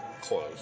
close